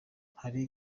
hari